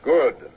Good